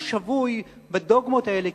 שהוא שבוי בדוגמות האלה,